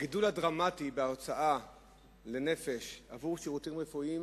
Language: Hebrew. הגידול הדרמטי בהוצאה לנפש על שירותים רפואיים